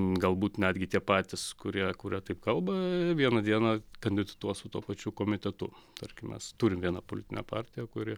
galbūt netgi tie patys kurie kurie taip kalba vieną dieną kandidatuos su tuo pačiu komitetu tarkim mes turim vieną politinę partiją kuri